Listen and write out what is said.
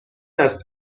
است